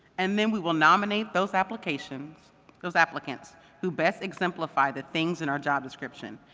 and then we will nominate those applicants those applicants who best exemplify the things in our job description.